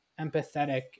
empathetic